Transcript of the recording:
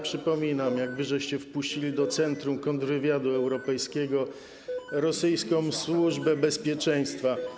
Przypominam, jak wpuściliście do centrum kontrwywiadu europejskiego rosyjską służbę bezpieczeństwa.